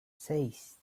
seis